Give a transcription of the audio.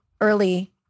early